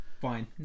Fine